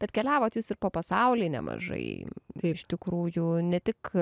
bet keliavot jūs ir po pasaulį nemažai tai iš tikrųjų ne tik